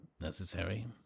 necessary